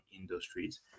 industries